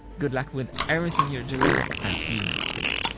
good luck with everything you're doing, and see you next week.